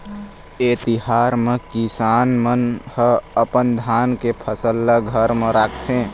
ए तिहार म किसान मन ह अपन धान के फसल ल घर म राखथे